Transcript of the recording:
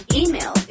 email